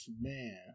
Man